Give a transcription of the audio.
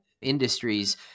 industries